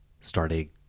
starting